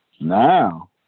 Now